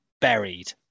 buried